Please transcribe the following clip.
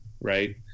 right